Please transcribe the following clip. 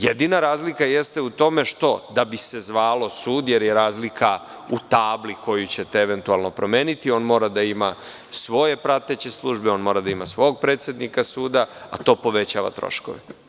Jedina razlika jeste u tome što, da bi se zvalo sud, jer je razlika u tabli koju ćete eventualno promeniti, on mora da ima svoje prateće službe, da ima svom predsednika suda, a to povećava troškove.